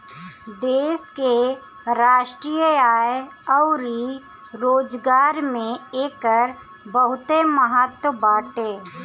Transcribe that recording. देश के राष्ट्रीय आय अउरी रोजगार में एकर बहुते महत्व बाटे